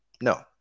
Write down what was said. No